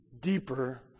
deeper